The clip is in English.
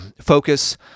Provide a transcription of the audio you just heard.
Focus